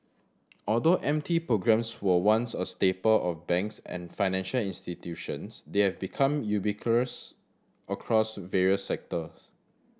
although M T programs were once a staple of banks and financial institutions they have become ubiquitous across various sectors